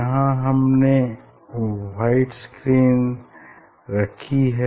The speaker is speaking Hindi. यहाँ हमने व्हाइट स्क्रीन रखी है